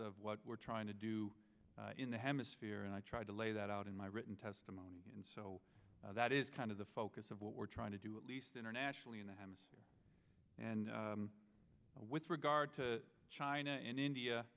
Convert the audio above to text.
of what we're trying to do in the hemisphere and i tried to lay that out in my written testimony and so that is kind of the focus of what we're trying to do at least internationally in the hemisphere and with regard to china and india